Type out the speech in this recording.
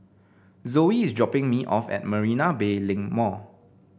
Zoey is dropping me off at Marina Bay Link Mall